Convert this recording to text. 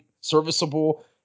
serviceable